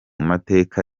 mateka